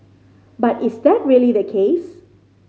but is that really the case